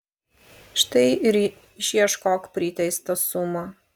štai ir išieškok priteistą sumą